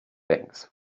things